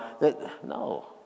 No